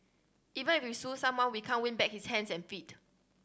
even if we sue someone we can't win back his hands and feet